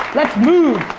let's move.